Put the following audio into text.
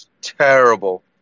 terrible